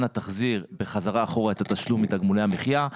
אנא החזר את התשלום מתגמולי המחיה.